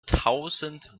tausend